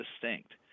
distinct